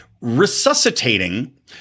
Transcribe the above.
resuscitating